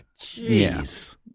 jeez